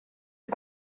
est